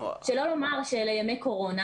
שלא לומר שאלה ימי קורונה